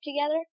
together